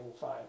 fine